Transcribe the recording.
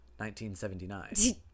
1979